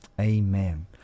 Amen